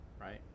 right